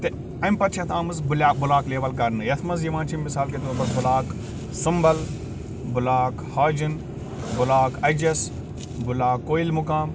تہٕ اَمہِ پَتہٕ چھِ اَتھ آمٕژ بٕلاک لیول کرنہٕ یَتھ منٛز یِوان چھِ مثال کے طور پر block Sumbal block Hajin block Ajas block Kawil مُقام